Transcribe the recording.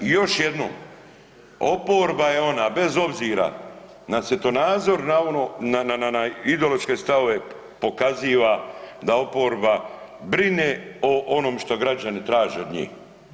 I još jednom, oporba je ona bez obzira na svjetonazor, na ono, na ideološke stavove pokaziva da oporba brine o onom što građani traže od njih.